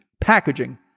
packaging